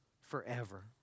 forever